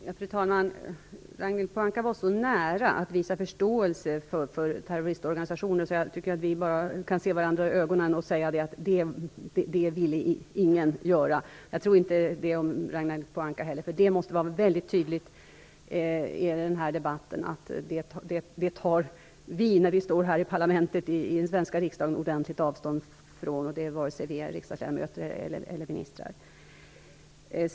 Fru talman! Ragnhild Pohanka kom så nära att visa förståelse för terroristorganisationer att jag tycker att vi skall se varandra i ögonen och säga att det vill vi inte göra. Jag tror inte heller att Ragnhild Pohanka vill göra det. Det måste vara väldigt tydligt i denna debatt att vi, när vi står här i den svenska riksdagen, ordentligt tar avstånd från terror. Det gäller vare sig vi är riksdagsledamöter eller ministrar.